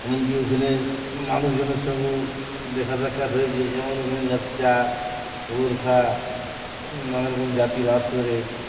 এমন কি ওখানে মানুষজনের সঙ্গেও দেখা সাক্ষাৎ হয়েছে যেমন ওখানে লেপচা গোরখা নানারকম জাতি বাস করে